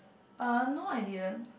uh no I didn't